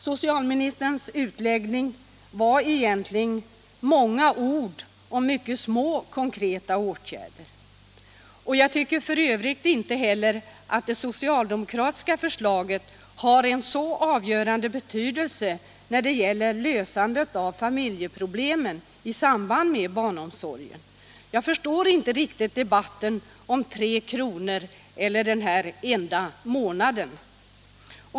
Socialministerns utläggning var egentligen många ord om mycket små konkreta åtgärder. Jag tycker f. ö. inte heller att det socialdemokratiska förslaget har en avgörande betydelse när det gäller lösandet av familjeproblemen i samband med barnomsorgen. Jag förstår inte riktigt debatten om 3 kr. eller den enda månaden.